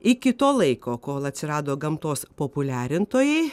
iki to laiko kol atsirado gamtos populiarintojai